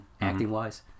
acting-wise